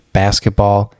basketball